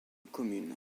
commune